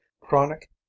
Chronic